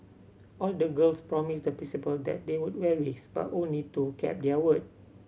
all the girls promised the Principal that they would wear wigs but only two kept their word